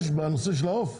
יש בנושא של העוף?